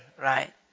right